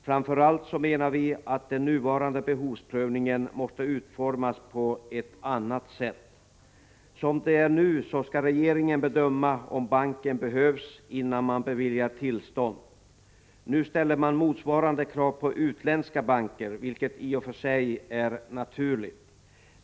Framför allt menar vi att den nuvarande behovsprövningen måste utformas på ett annat sätt. Som det är nu skall regeringen bedöma om banken behövs innan man beviljar tillstånd. Nu ställer man motsvarande krav på utländska banker, vilket i och för sig är naturligt.